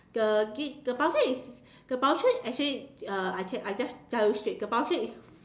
the voucher is the voucher actually uh I I just tell you straight